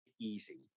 easy